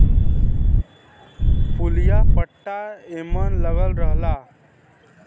पुलिया पट्टा एमन लगल रहला